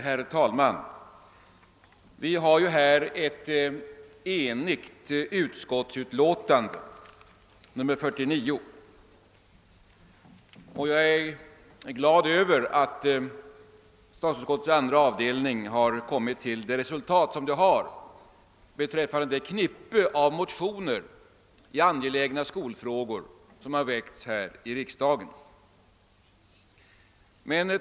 Herr talman! Vi har här ett enhälligt utlåtande nr 49, och jag är glad över att statsutskottets andra avdelning har nått fram till det resultatet beträffande det knippe av motioner i angelägna skolfrågor som väckts här i riksdagen.